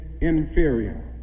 inferior